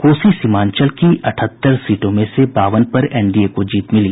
कोसी सीमांचल की अठहत्तर सीटों में से बावन पर एनडीए को जीत मिली